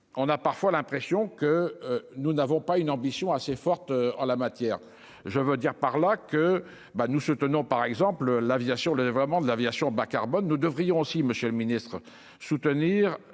on a parfois l'impression que nous n'avons pas une ambition assez forte en la matière, je veux dire par là que bah, nous soutenons par exemple, l'aviation, le vraiment de l'aviation bas-carbone nous devrions aussi Monsieur le Ministre, soutenir